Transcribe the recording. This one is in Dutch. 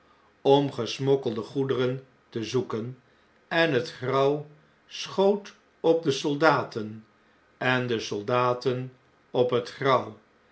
om gesmokkelde goederen te zoeken enhetgrauw schoot op de soldaten en de soldaten op het